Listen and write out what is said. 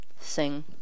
sing